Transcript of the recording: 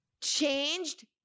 changed